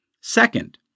Second